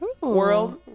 world